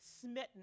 smitten